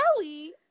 kelly